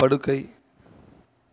படுக்கை